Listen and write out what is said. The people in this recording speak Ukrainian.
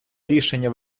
рішення